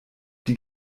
die